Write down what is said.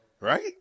Right